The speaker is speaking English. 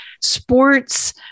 sports